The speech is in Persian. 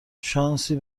شانسی